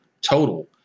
Total